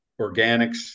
organics